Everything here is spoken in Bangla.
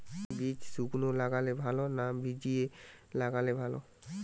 বীজ শুকনো লাগালে ভালো না ভিজিয়ে লাগালে ভালো?